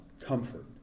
comfort